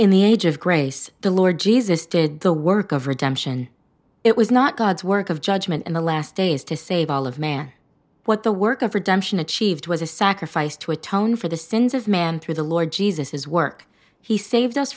in the age of grace the lord jesus did the work of redemption it was not god's work of judgement in the last days to save all of man what the work of redemption achieved was a sacrifice to atone for the sins of man through the lord jesus his work he saved us